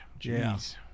jeez